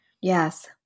Yes